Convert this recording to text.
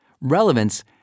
Relevance